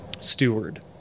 Steward